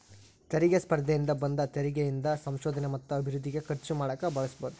ತೆರಿಗೆ ಸ್ಪರ್ಧೆಯಿಂದ ಬಂದ ತೆರಿಗಿ ಇಂದ ಸಂಶೋಧನೆ ಮತ್ತ ಅಭಿವೃದ್ಧಿಗೆ ಖರ್ಚು ಮಾಡಕ ಬಳಸಬೋದ್